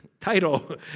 title